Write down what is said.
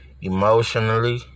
emotionally